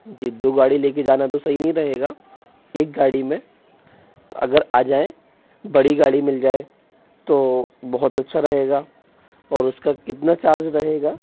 जी दो गाड़ी लेके जाना तो सही नहीं रहेगा एक गाड़ी में अगर आ जाए बड़ी गाड़ी मिल जाए तो बहुत अच्छा रहेगा और उसका कितना चार्ज रहेगा